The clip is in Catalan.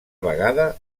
vegada